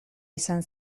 izan